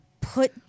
put